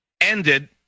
ended